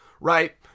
right